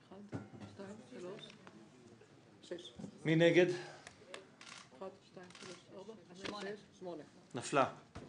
1 ההסתייגות (23) של סיעת המחנה הציוני לסעיף 1 לא אושרה ותעלה למליאה